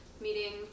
meeting